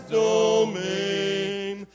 domain